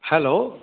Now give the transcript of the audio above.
hello